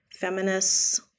Feminists